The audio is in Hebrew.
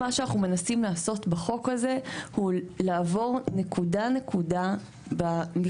מה שאנחנו מנסים לעשות בחוק הזה הוא לעבור נקודה נקודה במכשולים,